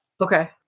Okay